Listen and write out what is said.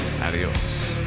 Adios